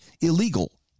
illegal